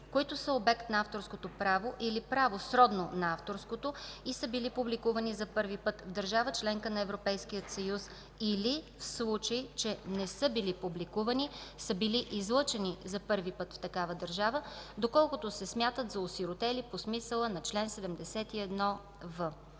които са обект на авторско право или право, сродно на авторското, и са били публикувани за първи път в държава – членка на Европейския съюз, или, в случай че не са били публикувани, са били излъчени за първи път в такава държава, доколкото се смятат за осиротели по смисъла на чл. 71в.